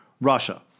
Russia